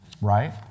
right